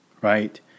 right